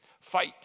Fight